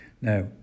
Now